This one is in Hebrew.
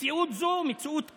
מציאות זו היא מציאות קשה,